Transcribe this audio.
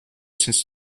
since